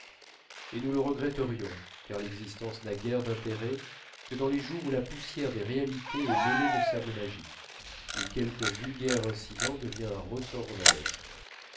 et nous le regretterions car l'existence n'a guère d'intérêt que dans les journées où la poussière des réalités est mêlée de sable magique où quelque vulgaire incident de la vie devient un ressort romanesque